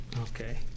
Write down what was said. Okay